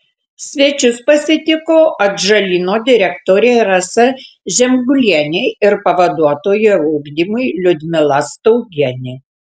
svečius pasitiko atžalyno direktorė rasa žemgulienė ir pavaduotoja ugdymui liudmila staugienė